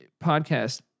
podcast